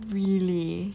really